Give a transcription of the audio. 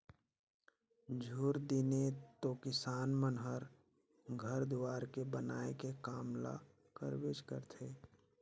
झूर दिने तो किसान मन हर घर दुवार के बनाए के काम ल करबेच करथे